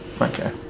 Okay